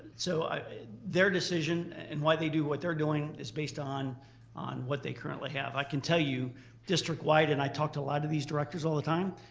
so their decision and why they do what they're doing is based on on what they currently have. i can tell you district wide and i talk to a lot of these directors all the time.